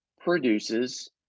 produces